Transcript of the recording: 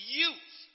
youth